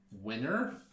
winner